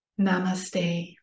Namaste